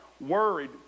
worried